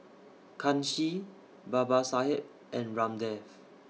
Kanshi Babasaheb and Ramdev